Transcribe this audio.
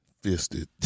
fisted